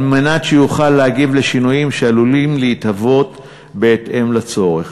כדי שיוכל להגיב על שינויים שעלולים להתהוות בהתאם לצורך.